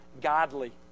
godly